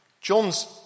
John's